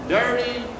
dirty